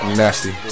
nasty